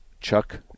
Chuck